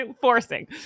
forcing